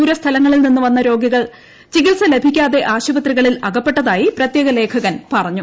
ദൂരെസ്ഥലങ്ങളിൽ നിന്ന് വന്ന രോഗികൾ ചികിത്സ ലഭിക്കാതെ ആശുപത്രികളിൽ അകപ്പെട്ടതായി പ്രത്യേക ലേഖകൻ പറഞ്ഞു